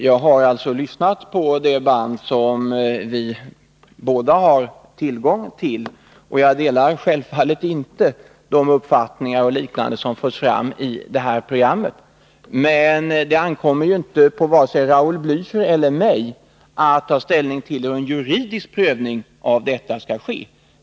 Herr talman! Jag har lyssnat på det band som vi båda har tillgång till, och jag delar självfallet inte de uppfattningar som förts fram i det här programmet, men det ankommer ju inte på vare sig Raul Blächer eller mig att ta ställning om och hur; en juridisk prövning av detta skall ske.